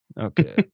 okay